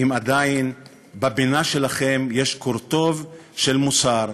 אם עדיין בבינה שלכם יש קורטוב של מוסר,